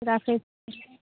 राखै छिए